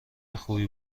خوبی